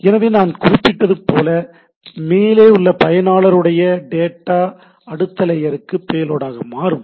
எனவே நான் குறிப்பிட்டது போல மேலே உள்ள பயனாளருடைய டேட்டா அடுத்த லேயருக்கு பேலோடாக மாறும்